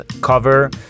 cover